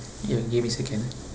ya give me a second ah